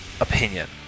opinion